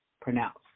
pronounced